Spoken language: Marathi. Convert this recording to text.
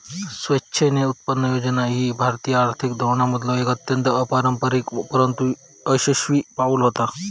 स्वेच्छेने उत्पन्न योजना ह्या भारतीय आर्थिक धोरणांमधलो एक अत्यंत अपारंपरिक परंतु यशस्वी पाऊल होता